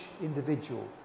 individual